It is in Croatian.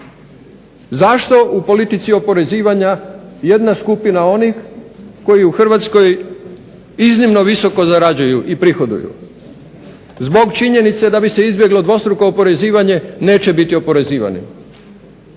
Zašto u politici oporezivanja jedna skupina onih koji u Hrvatskoj iznimno visoko zarađuju i prihoduju? Zbog činjenice da bi se izbjeglo dvostruko oporezivanje neće biti oporezivani